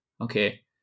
Okay